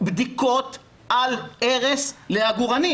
בדיקות על הרס לעגורנים.